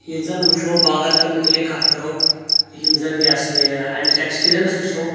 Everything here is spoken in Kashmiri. ییٚلہِ زن وٕچھو باغاتن متعلِق کتھ کرو یِم زن یہ ہسا یہ امِچ ایٚکٕسپیرینس وٕچھو